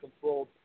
controlled